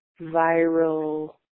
viral